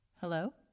Hello